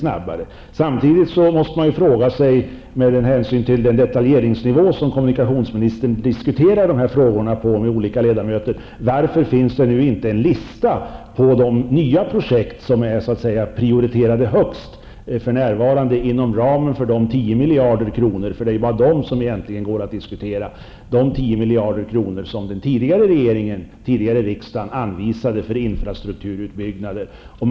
Samtidigt måste man fråga sig, med hänsyn till den detaljeringsnivå som kommunikationsmininstern diskuterar dessa frågor på med olika ledamöter: Varför finns det inte en lista på de nya projekt som för närvarande är högst prioriterade inom ramen för de 10 miljarder kronorna som föregående regering och riksmöte anvisade till infrastrukturutbyggnader -- det är ju egentligen bara de som kan komma i fråga i detta sammanhang.